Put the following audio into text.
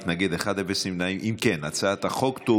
מאשר את הצעת החוק,